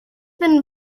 been